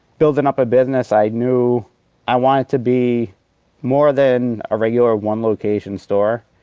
buildin' up a business, i knew i wanted to be more than a regular one-location store,